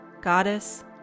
goddess